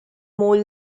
more